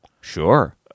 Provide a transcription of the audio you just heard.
Sure